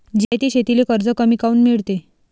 जिरायती शेतीले कर्ज कमी काऊन मिळते?